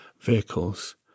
vehicles